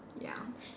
ya